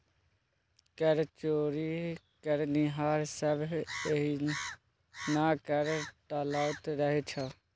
कर चोरी करनिहार सभ एहिना कर टालैत रहैत छै